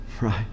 right